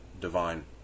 divine